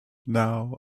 now